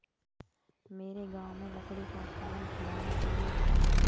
मेरे गांव में लकड़ी का उत्पादन खिलौनों के लिए होता है